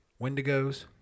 Wendigos